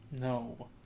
No